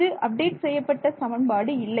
இது அப்டேட் செய்யப்பட்ட சமன்பாடு இல்லை